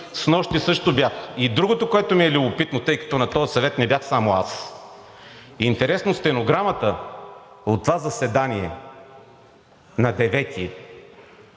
Снощи също бяха. Другото, което ми е любопитно, тъй като на този съвет не бях само аз, интересно стенограмата от това заседание на 9-и,